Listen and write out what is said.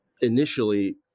initially